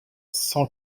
cent